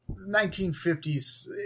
1950s